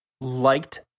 liked